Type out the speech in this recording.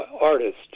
artist